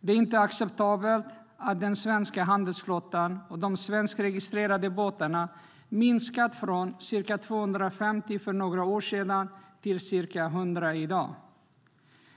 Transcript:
Det är inte acceptabelt att den svenska handelsflottan, de svenskregistrerade båtarna, har minskat från ca 250 för några år sedan till ca 100 i dag.